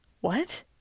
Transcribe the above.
What